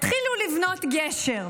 התחילו לבנות גשר,